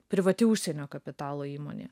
privati užsienio kapitalo įmonė